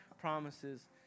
promises